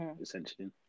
essentially